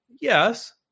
Yes